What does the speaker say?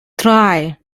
drei